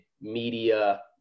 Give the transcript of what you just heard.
media